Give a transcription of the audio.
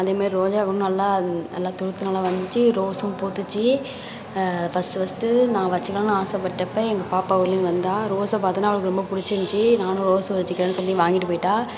அதே மாரி ரோஜாக்கன்றும் நல்லா நல்லா துளுர்த்து நல்லா வந்திச்சு ரோஸும் பூத்திச்சு ஃபஸ்டு ஃபஸ்டு நான் வச்சுக்கிணும்னு ஆசைப்பட்டப்ப எங்கள் பாப்பா ஊரில் இருந்து வந்தால் ரோஸை பார்தோன்னே அவளுக்கு ரொம்ப புடிச்சிரிஞ்சு நானும் ரோஸை வச்சுக்கிறேன் சொல்லி வாங்கிட்டு போயிட்டாள்